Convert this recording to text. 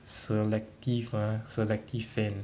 selective !huh! selective fan